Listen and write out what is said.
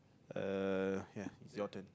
uh ya it's your turn